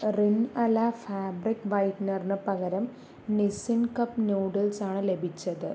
റിൻ അല ഫാബ്രിക് വൈറ്റ്നറിന് പകരം നിസിൻ കപ്പ് നൂഡിൽസ് ആണ് ലഭിച്ചത്